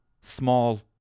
small